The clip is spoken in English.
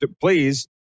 please